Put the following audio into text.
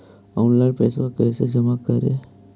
Online पैसा कैसे जमा करे?